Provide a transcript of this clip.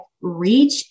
reach